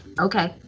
Okay